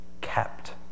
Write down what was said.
kept